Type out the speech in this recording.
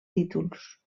títols